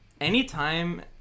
anytime